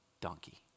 donkey